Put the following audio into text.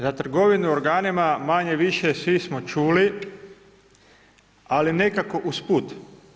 Za trgovinu organima manje-više svi smo čuli, ali nekako usput.